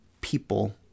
people